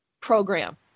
program